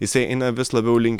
jisai eina vis labiau link